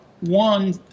one